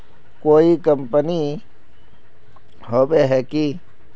कोई कंपनी होबे है की?